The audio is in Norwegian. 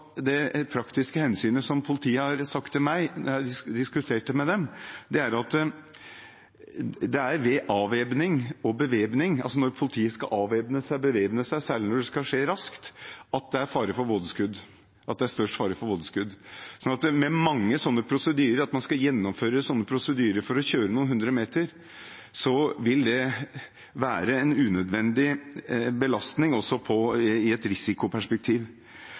det praktiske hensynet som politiet har nevnt for meg når jeg har diskutert dette med dem. Det er at det er ved avvæpning og bevæpning, altså når politiet skal avvæpne seg og bevæpne seg, og særlig når det skal skje raskt, det er størst fare for vådeskudd. Mange slike prosedyrer – at man skal gjennomføre prosedyrene for å kjøre noen hundre meter – vil være en unødvendig belastning også i et risikoperspektiv.